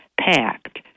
packed